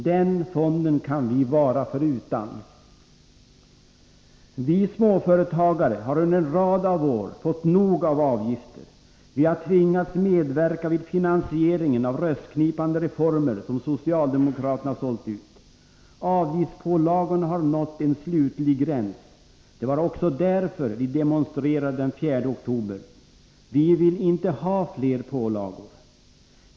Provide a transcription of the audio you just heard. Den fonden kan vi vara förutan. Vi småföretagare har under en rad av år fått nog av avgifter. Vi har tvingats medverka vid finansieringen av röstknipande reformer som socialdemokraterna sålt ut. Avgiftspålagorna har nått en slutlig gräns. Det var också därför vi demonstrerade den 4 oktober. Vi vill inte ha fler pålagor.